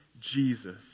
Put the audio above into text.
jesus